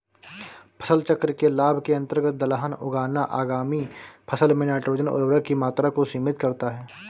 फसल चक्र के लाभ के अंतर्गत दलहन उगाना आगामी फसल में नाइट्रोजन उर्वरक की मात्रा को सीमित करता है